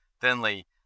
thinly